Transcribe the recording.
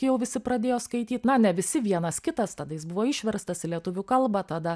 jau visi pradėjo skaityt na ne visi vienas kitas tada jis buvo išverstas į lietuvių kalbą tada